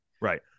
Right